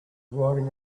riding